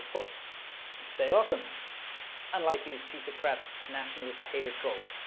course stay awesome unlike these piece-of-crap nationalists hater trolls